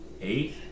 Eight